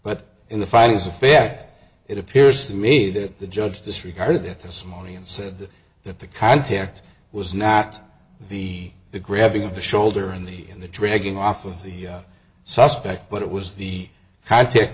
but in the findings of fact it appears to me that the judge disregarded that this morning and said that the contact was not the the grabbing of the shoulder and the and the dragging off of the suspect but it was the high tech